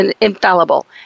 infallible